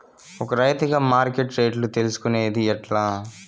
ఒక రైతుగా మార్కెట్ రేట్లు తెలుసుకొనేది ఎట్లా?